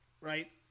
right